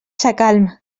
sacalm